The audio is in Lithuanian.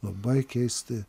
labai keisti